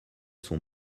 sont